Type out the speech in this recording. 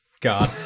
God